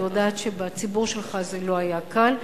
אני יודעת שבציבור שלך זה לא היה קל.